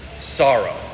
sorrow